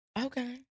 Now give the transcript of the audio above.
okay